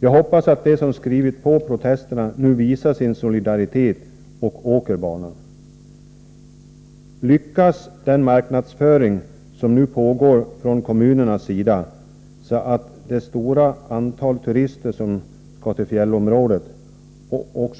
Jag hoppas att de som skrivit på protesterna nu visar sin solidaritet och åker på banan. Lyckas den marknadsföring som nu pågår från kommunernas sida — att det stora antal turister som skall till fjällområdet